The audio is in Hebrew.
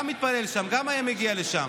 הוא גם היה מגיע לשם.